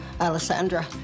Alessandra